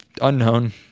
unknown